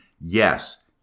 Yes